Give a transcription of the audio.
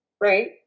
right